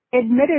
admitted